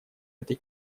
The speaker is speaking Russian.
этой